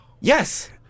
Yes